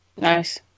Nice